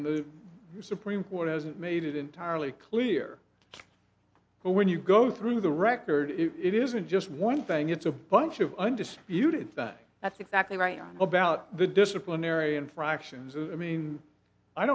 and the supreme court hasn't made it entirely clear but when you go through the record it isn't just one thing it's a bunch of undisputed that's exactly right about the disciplinary infractions is i mean i